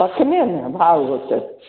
तखने ने भाओ होयतैक